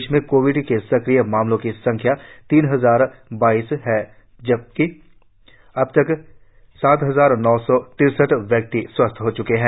प्रदेश में कोविड के सक्रिय मामलों की संख्या तीन हजार बाईस है और अब तक सात हजार नौ सौ तिरसठ व्यक्ति स्वस्थ हो च्के हैं